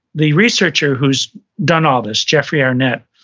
the researcher who's done all this, jeffrey arnett,